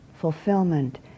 fulfillment